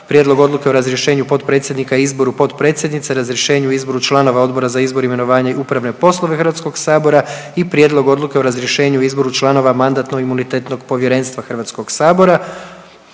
Prijedlog odluke o razrješenju potpredsjednika i izboru potpredsjednice, razrješenju i izboru članova Odbora za izbor, imenovanje i upravne poslove Hrvatskog sabora. I Prijedlog odluke o razrješenju i izboru članova Mandatno-imunitetnog povjerenstva Hrvatskog sabora.